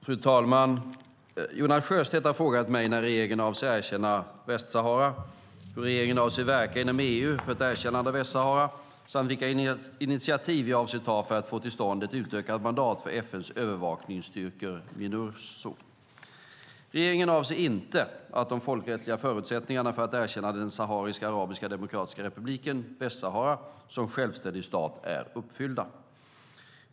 Fru talman! Jonas Sjöstedt har frågat mig när regeringen avser att erkänna Västsahara, hur regeringen avser att verka inom EU för ett erkännande av Västsahara samt vilka initiativ jag avser att ta för att få till stånd ett utökat mandat för FN:s övervakningsstyrkor Minurso. Regeringen anser inte att de folkrättsliga förutsättningarna för att erkänna den sahariska arabiska demokratiska republiken, Västsahara, som självständig stat är uppfyllda.